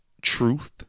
truth